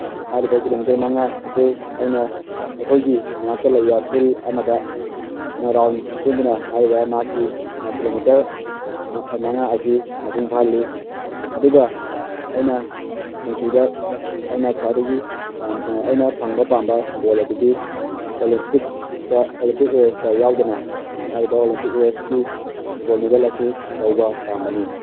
ꯍꯥꯏꯔꯤꯕ ꯀꯤꯂꯣꯃꯤꯇꯔ ꯃꯉꯥ ꯑꯁꯤ ꯑꯩꯅ ꯑꯩꯈꯣꯏꯒꯤ ꯃꯅꯥꯛꯇ ꯂꯩꯕ ꯐꯤꯜ ꯑꯃꯗ ꯔꯥꯎꯟ ꯆꯦꯟꯗꯨꯅ ꯍꯥꯏꯔꯤꯕ ꯃꯍꯥꯛꯀꯤ ꯀꯤꯂꯣꯃꯤꯇꯔ ꯃꯉꯥ ꯑꯁꯤ ꯃꯄꯨꯡ ꯐꯥꯍꯜꯂꯤ ꯑꯗꯨꯒ ꯑꯩꯅ ꯄꯨꯟꯁꯤꯗ ꯑꯩꯅ ꯈ꯭ꯋꯥꯏꯗꯒꯤ ꯑꯩꯅ ꯐꯪꯕ ꯄꯥꯝꯕ ꯒꯣꯜ ꯑꯗꯨꯗꯤ ꯑꯣꯂꯦꯝꯄꯤꯛꯇ ꯑꯣꯂꯦꯝꯄꯤꯛ ꯔꯦꯁꯇ ꯌꯥꯎꯗꯨꯅ ꯍꯥꯏꯔꯤꯕ ꯑꯣꯂꯦꯝꯄꯤꯛ ꯔꯦꯁꯀꯤ ꯒꯣꯜ ꯃꯦꯗꯜ ꯑꯁꯤ ꯂꯧꯕ ꯄꯥꯝꯕꯅꯤ